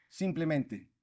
simplemente